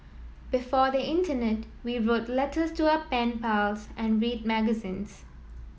before the internet we wrote letters to our pen pals and read magazines